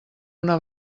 una